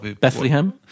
Bethlehem